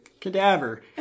cadaver